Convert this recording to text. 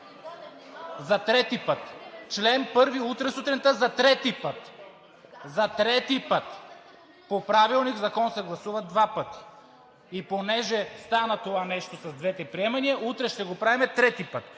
СВИЛЕНСКИ: Член 1 утре сутринта – за трети път! За трети път! По Правилник закон се гласува два пъти и понеже стана това нещо с двете приемания, утре ще го правим трети път.